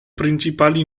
principali